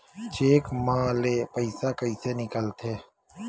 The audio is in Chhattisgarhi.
चेक म ले पईसा कइसे निकलथे?